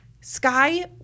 Sky